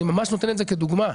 אני ממש נותן את זה כדוגמה,